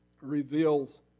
reveals